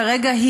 כרגע,